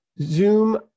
Zoom